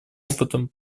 опытом